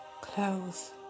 clothes